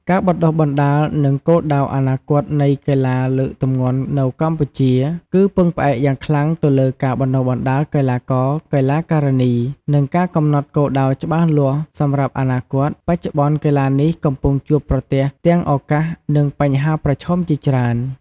ការបណ្តុះបណ្តាល និងគោលដៅអនាគតនៃកីឡាលើកទម្ងន់នៅកម្ពុជា គឺពឹងផ្អែកយ៉ាងខ្លាំងទៅលើការបណ្តុះបណ្តាលកីឡាករ-កីឡាការិនី និងការកំណត់គោលដៅច្បាស់លាស់សម្រាប់អនាគត។ បច្ចុប្បន្ន កីឡានេះកំពុងជួបប្រទះទាំងឱកាស និងបញ្ហាប្រឈមជាច្រើន។